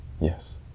Yes